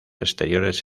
exteriores